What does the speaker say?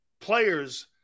players